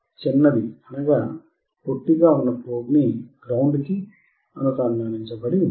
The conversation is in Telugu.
చిన్నది గ్రౌండ్ కి అనుసంధానించబడి ఉంది